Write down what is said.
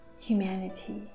humanity